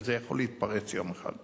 וזה יכול להתפרץ יום אחד.